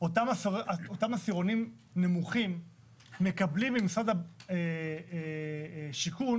אותם אחוזים נמוכים מקבלים ממשרד השיכון